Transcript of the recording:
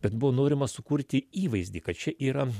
bet buvo norima sukurti įvaizdį kad čia yra